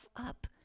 up